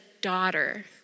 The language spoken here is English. daughter